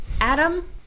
Adam